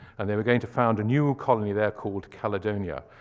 and they were going to found a new colony there called caladonia.